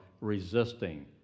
resisting